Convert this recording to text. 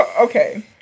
Okay